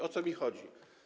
O co mi chodzi?